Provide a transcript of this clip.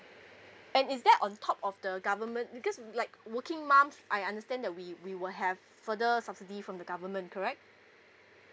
and is that on top of the government because like working mums I understand the we we will have further subsidy from the government correct